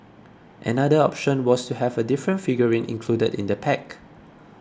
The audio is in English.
another option was to have a different figurine included in the pack